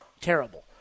terrible